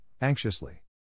anxiously